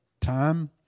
time